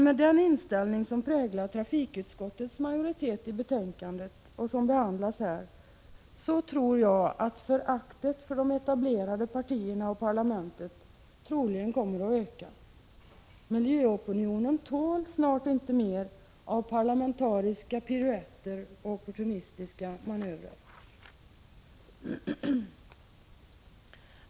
Med den inställning som präglar trafikutskottets majoritet i det betänkande som behandlas här tror jag att föraktet för de etablerade partierna och parlamentet kommer att öka. Miljöopinionen tål snart inte mer av parlamentariska piruetter och opportunistiska manövrer.